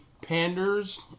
panders